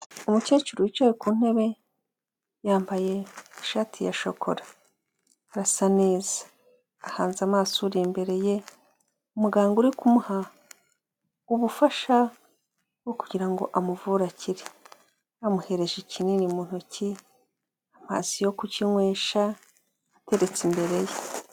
Umukecuru wicaye ku ntebe, yambaye ishati ya shokora, arasa neza, ahanze amaso uri imbere ye umuganga uri kumuha ubufasha bwo kugira ngo amuvure akire, amuhereje ikinini mu ntoki, amazi yo kukinywesha ateretse imbere ye.